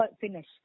finish